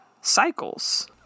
cycles